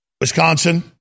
Wisconsin